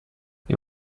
you